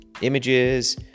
images